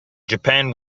japan